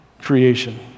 creation